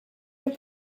and